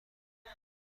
دارم